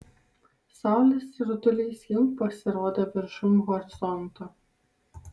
saulės rutulys jau pasirodė viršum horizonto